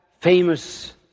famous